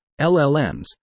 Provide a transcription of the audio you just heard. LLMs